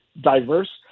diverse